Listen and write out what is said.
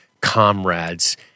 comrades